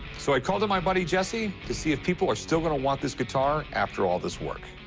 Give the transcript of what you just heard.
so i called in my buddy jesse to see if people are still going to want this guitar after all this work.